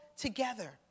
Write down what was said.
together